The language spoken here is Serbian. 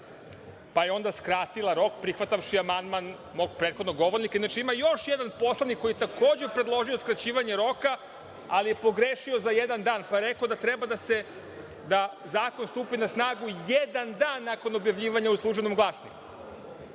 pa je onda skratila rok prihvativši amandman mog prethodnog govornika. Inače, ima još jedan poslanik koji je takođe predložio skraćivanje roka, ali je pogrešio za jedan dan, pa je rekao da zakon treba da stupi na snagu jedan dan nakon objavljivanja u „Službenom glasniku“.